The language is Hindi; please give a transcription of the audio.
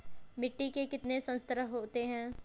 मिट्टी के कितने संस्तर होते हैं?